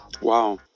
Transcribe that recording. wow